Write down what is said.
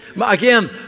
Again